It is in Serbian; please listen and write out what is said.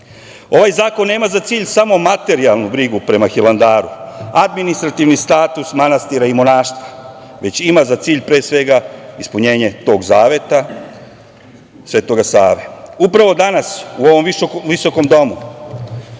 zakon nema za cilj samo materijalnu brigu prema Hilandaru, administrativni status manastira i monaštva, već ima za cilj, pre svega, ispunjenje tog zaveta Svetoga Save. Upravo danas u ovom visokom domu,